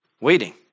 Waiting